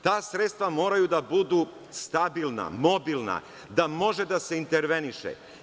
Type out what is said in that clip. Ta sredstva moraju da budu stabilna, mobilna, da može da se interveniše.